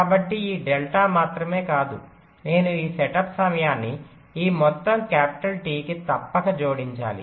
కాబట్టి ఈ డెల్టా మాత్రమే కాదు నేను ఈ సెటప్ సమయాన్ని ఈ మొత్తం క్యాపిటల్ Tకి తప్పక జోడించాలి